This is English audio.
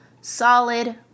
solid